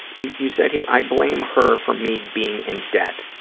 you you said here, i blame her for me being in debt.